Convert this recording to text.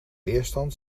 weerstand